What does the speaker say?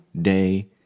day